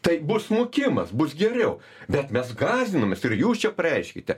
tai bus smukimas bus geriau bet mes gąsdinamės ir jūs čia pareiškėte